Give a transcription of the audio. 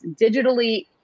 digitally